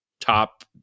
top